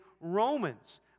Romans